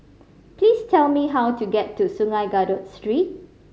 please tell me how to get to Sungei Kadut Street